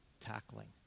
tackling